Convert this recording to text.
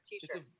T-shirt